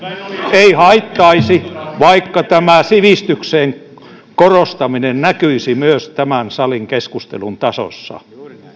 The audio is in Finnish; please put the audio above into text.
ei haittaisi vaikka tämä sivistyksen korostaminen näkyisi myös tämän salin keskustelun tasossa